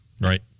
Right